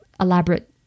elaborate